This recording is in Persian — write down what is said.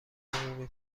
عمومی